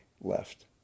left